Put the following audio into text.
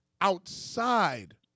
outside